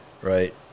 Right